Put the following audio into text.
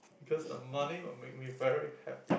cause the money will make me very happy